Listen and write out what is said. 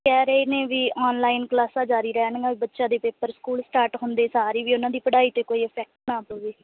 ਕਹਿ ਰਹੇ ਨੇ ਵੀ ਔਨਲਾਈਨ ਕਲਾਸਾਂ ਜਾਰੀ ਰਹਿਣੀਆਂ ਬੱਚਿਆਂ ਦੇ ਪੇਪਰ ਸਕੂਲ ਸਟਾਰਟ ਹੁੰਦੇ ਸਾਰ ਹੀ ਵੀ ਉਹਨਾਂ ਦੀ ਪੜ੍ਹਾਈ 'ਤੇ ਕੋਈ ਇਕੈਫਟ ਨਾ ਪਵੇ